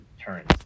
Turns